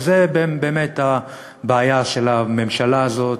וזו באמת הבעיה של הממשלה הזאת,